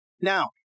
Now